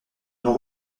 non